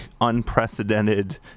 unprecedented